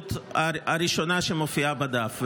ההסתייגות הראשונה שמופיעה בדף.